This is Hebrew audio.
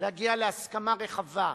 להגיע להסכמה רחבה,